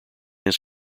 his